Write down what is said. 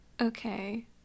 Okay